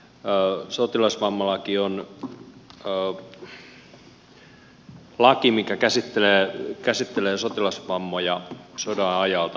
sotilasvammalaki on laki mikä käsittelee sotilasvammoja sodan ajalta